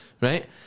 right